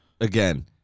again